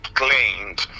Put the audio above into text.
claimed